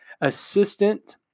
assistant